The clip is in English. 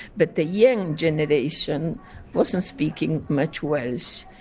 but the young generation wasn't speaking much welsh.